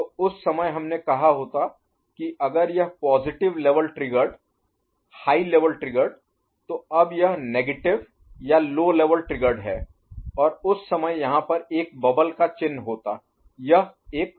तो उस समय हमने कहा होता की अगर यह positive level triggered high level triggered तो अब यह नेगेटिव या लो लेवल ट्रिगर्ड है और उस समय यहाँ पर एक बबल Bubble बुलबुला का चिन्ह होता